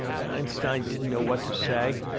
einstein didn't know what to say.